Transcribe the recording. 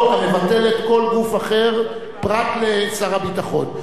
המבטלת כל גוף אחר פרט לשר הביטחון.